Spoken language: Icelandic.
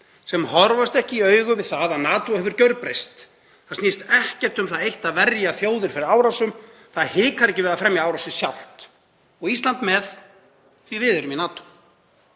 sem horfast ekki í augu við það að NATO hefur gjörbreyst. Það snýst ekkert um það eitt að verja þjóðir fyrir árásum, það hikar ekki við að fremja árásir sjálft. Og Ísland með því að við erum í NATO.